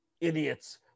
idiots